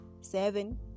seven